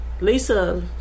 lisa